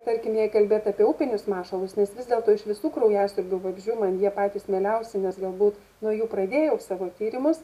tarkim jei kalbėt apie upinius mašalus nes vis dėlto iš visų kraujasiurbių vabzdžių man jie patys mieliausi nes galbūt nuo jų pradėjau savo tyrimus